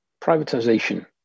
privatization